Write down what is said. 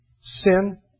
sin